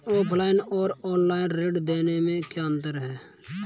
Offline और online ऋण लेने में क्या अंतर है?